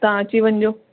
तव्हां अची वञिजो